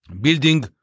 Building